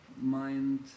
mind